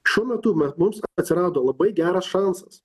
šiuo metu mes mums atsirado labai geras šansas